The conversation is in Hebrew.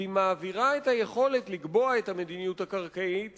והיא מעבירה את היכולת לקבוע את המדיניות הקרקעית